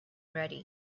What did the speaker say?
ready